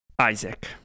Isaac